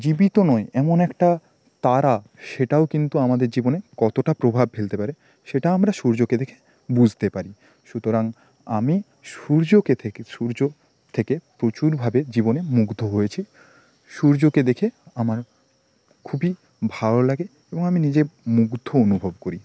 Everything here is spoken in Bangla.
জীবিত নয় এমন একটা তারা সেটাও কিন্তু আমাদের জীবনে কতটা প্রভাব ফেলতে পারে সেটা আমরা সূর্যকে দেখে বুঝতে পারি সুতরাং আমি সূর্যকে থেকে সূর্যর থেকে প্রচুরভাবে জীবনে মুগ্ধ হয়েছি সূর্যকে দেখে আমার খুবই ভালো লাগে এবং আমি নিজে মুগ্ধ অনুভব করি